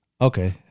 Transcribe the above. Okay